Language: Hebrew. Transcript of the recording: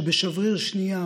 שבשבריר שנייה